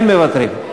כן מוותרים.